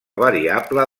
variable